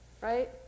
Right